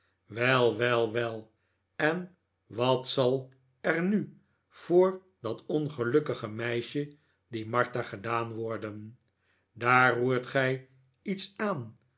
wel wel wel en wat zal er nu voor dat ongelukkige meisje die martha ged'aan worden daar roert gij iets aan